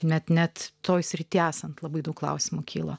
net net toje srityje esant labai daug klausimų kilo